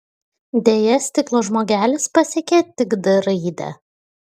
deja stiklo žmogelis pasiekė tik d raidę